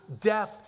death